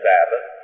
Sabbath